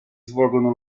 svolgono